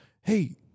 Hey